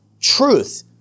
truth